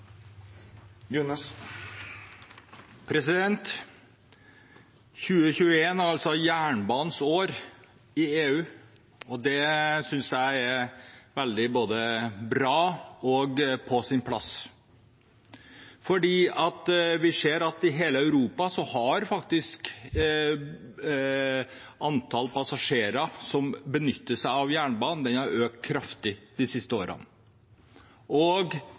jernbanens år i EU, og det synes jeg er både veldig bra og på sin plass. For vi ser at i hele Europa har faktisk antall passasjerer som benytter seg av jernbanen, økt kraftig de siste årene.